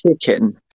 chicken